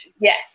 Yes